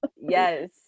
yes